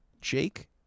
Jake